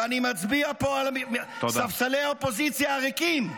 ואני מצביע פה על ספסלי האופוזיציה הריקים.